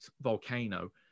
volcano